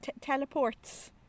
teleports